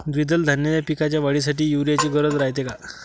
द्विदल धान्याच्या पिकाच्या वाढीसाठी यूरिया ची गरज रायते का?